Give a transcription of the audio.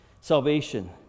Salvation